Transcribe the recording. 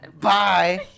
bye